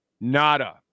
nada